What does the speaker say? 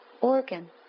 organ